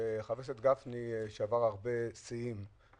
שחבר הכנסת גפני שבר הרבה שיאים,